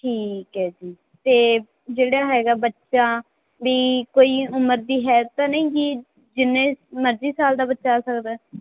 ਠੀਕ ਹੈ ਜੀ ਅਤੇ ਜਿਹੜਾ ਹੈਗਾ ਬੱਚਾ ਵੀ ਕੋਈ ਉਮਰ ਦੀ ਹੈ ਤਾਂ ਨਹੀਂ ਕਿ ਜਿੰਨੇ ਮਰਜ਼ੀ ਸਾਲ ਦਾ ਬੱਚਾ ਆ ਸਕਦਾ